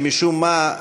שמשום מה,